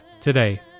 today